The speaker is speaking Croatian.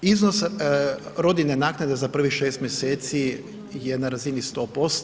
Iznos rodiljne naknade za prvih 6 mjeseci je na razini 100%